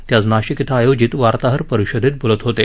ते आज नाशिक इथं आयोजित वार्ताहर परिषदेत बोलत होते